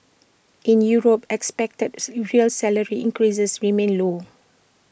in Europe expected real salary increases remain low